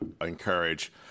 encourage